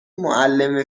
معلم